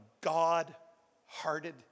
God-hearted